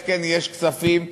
איך כן יש כספים קואליציוניים,